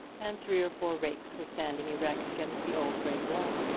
and three or four rakes were standing erect against the old grey wall.